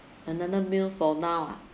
another meal for now ah